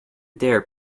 dare